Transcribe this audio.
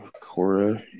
Cora